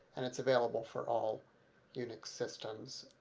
and it's available for all unix systems.